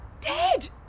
Dead